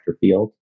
field